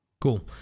Cool